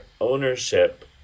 ownership